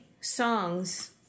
songs